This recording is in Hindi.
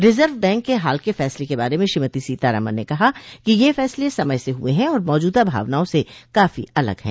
रिजर्व बैंक के हाल के फैसले के बारे में श्रीमती सीतारामन ने कहा कि ये फैसले समय से हुए हैं और मौजूदा भावनाओं से काफी अलग हैं